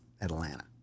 Atlanta